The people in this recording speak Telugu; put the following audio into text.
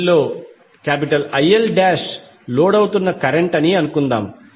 దీనిలో IL లోడ్ అవుతున్న కరెంట్ అని అనుకుందాం